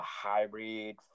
hybrid